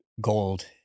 gold